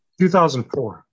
2004